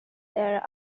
there